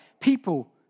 people